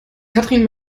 katrin